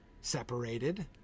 separated